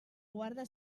guarda